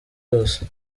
yose